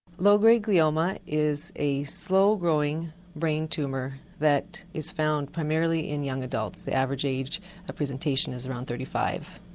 low-grade glioma is a slow growing brain tumour that is found primarily in young adults, the average age of presentation is around thirty five.